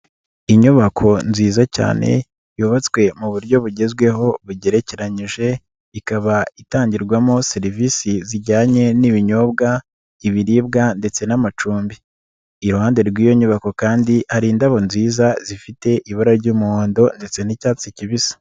Inyubako nziza cyane yubatswe mu buryo bugezweho bugerekeranyije ikaba itangirwamo serivisi zijyanye n'ibinyobwa, ibiribwa ndetse n'amacumbi. Iruhande rw'iyo nyubako kandi hari indabo nziza zifite ibara ry'umuhondo ndetse n'icyatsi kibisi.